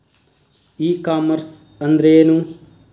E commerce ಅಂದ್ರೇನು?